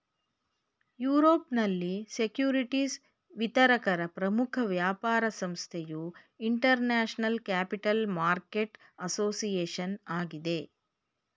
ಯುರೋಪ್ನಲ್ಲಿ ಸೆಕ್ಯೂರಿಟಿಸ್ ವಿತರಕರ ಪ್ರಮುಖ ವ್ಯಾಪಾರ ಸಂಸ್ಥೆಯು ಇಂಟರ್ನ್ಯಾಷನಲ್ ಕ್ಯಾಪಿಟಲ್ ಮಾರ್ಕೆಟ್ ಅಸೋಸಿಯೇಷನ್ ಆಗಿದೆ